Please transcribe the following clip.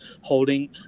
holding